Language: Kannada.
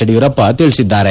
ಯಡಿಯೂರಪ್ಪ ತಿಳಿಸಿದ್ದಾರೆ